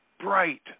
bright